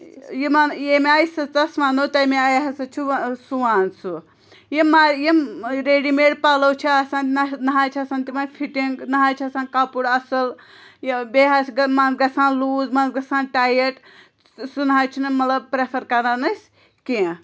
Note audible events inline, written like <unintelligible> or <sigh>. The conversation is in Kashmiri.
یِمَن ییٚمہِ آیہِ سٕژَس وَنو تَمہِ آیہِ ہَسا چھِ <unintelligible> سُوان سُہ یِمَہ یِم ریڈی میڈ پَلو چھِ آسان نَہ نَہ حظ چھِ آسان تِمَن فِٹِنٛگ نَہ حظ چھِ آسان کَپُر اَصٕل یہِ بیٚیہِ حظ <unintelligible> منٛزٕ گژھان لوٗز منٛزٕ گژھان ٹایِٹ سُہ نَہ حظ چھِنہٕ مطلب پرٛٮ۪فَر کَران أسۍ کیٚنٛہہ